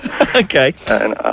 Okay